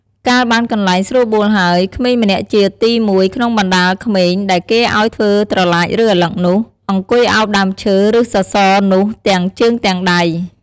កាលបានកន្លែងស្រួលបួលហើយ ក្មេងម្នាក់ជាទី១ ក្នុងបណ្តាលក្មេង ដែលគេឲ្យធ្វើត្រឡាច ឬ ឪឡឹកនោះ អង្គុយឱបដើមឈើ ឬសសរនោះទាំងជើងទាំងដៃ។